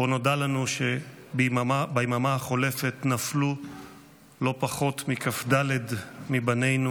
ובו נודע לנו שביממה החולפת נפלו לא פחות מכ"ד מבנינו,